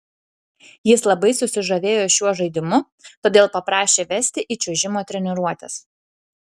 jis labai susižavėjo šiuo žaidimu todėl paprašė vesti į čiuožimo treniruotes